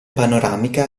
panoramica